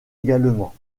également